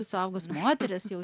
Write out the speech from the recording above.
suaugus moteris jau